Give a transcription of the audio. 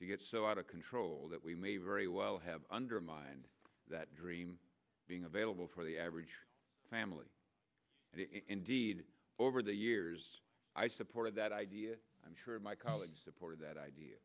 to get so out of control that we may very well have undermined that dream being available for the average family and indeed over the years i supported that idea i'm sure my colleagues supported that idea